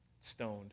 stoned